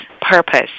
purpose